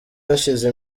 hashize